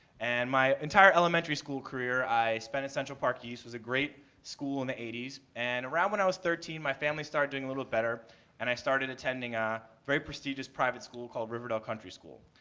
and my entire elementary school career i spent at central park east. it was a great school in the eighty s. and around when i was thirteen my family started doing a little better and i started attending a very prestigious private school called riverdale country school.